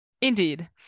Indeed